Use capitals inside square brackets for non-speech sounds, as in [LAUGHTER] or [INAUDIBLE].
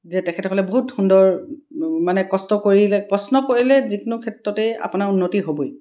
যে তেখেতসকলে বহুত সুন্দৰ [UNINTELLIGIBLE] মানে কষ্ট কৰিলে কষ্ট কৰিলে যিকোনো ক্ষেত্ৰতেই আপোনাৰ উন্নতি হ'বই